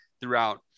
throughout